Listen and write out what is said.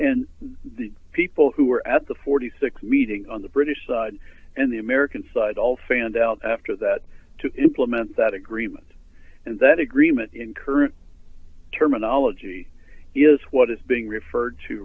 and the people who were at the forty six dollars meeting on the british side and the american side all fanned out after that to implement that agreement and that agreement in current terminology is what is being referred to